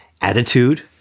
attitude